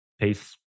Peace